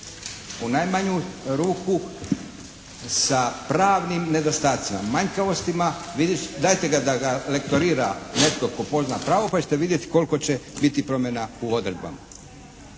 u najmanju ruku sa pravnim nedostacima, manjkavostima. Dajte da ga lektorira netko tko pozna pravo pa ćete vidjeti koliko će biti promjena u odredbama.